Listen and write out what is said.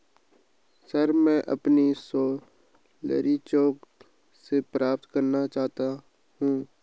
sir, मैं अपनी salary cheque से प्राप्त करना चाहता हूं